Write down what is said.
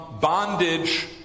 bondage